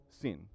sin